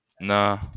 Nah